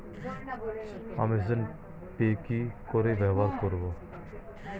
Amazon pay কি করে ব্যবহার করব?